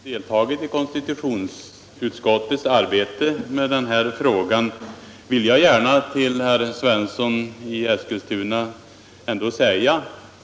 Herr talman! Eftersom jag har deltagit i konstitutionsutskottets arbete med den här frågan vill jag gärna till herr Svensson i Eskilstuna säga följande.